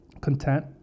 content